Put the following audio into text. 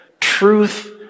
Truth